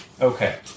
Okay